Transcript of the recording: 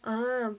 um